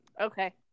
Okay